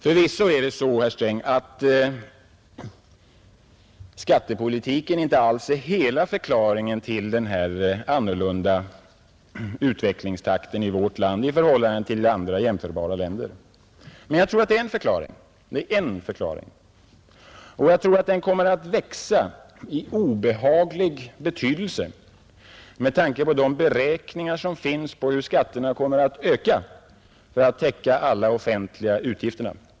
Förvisso är det så, herr Sträng, att skattepolitiken inte alls är hela förklaringen till den annorlunda utvecklingstakten i vårt land i förhållande till andra jämförbara länder. Det är dock en förklaring, och jag tror att den kommer att växa i obehaglig betydelse med tanke på de beräkningar som finns på hur skatterna kommer att öka för att täcka alla offentliga utgifter.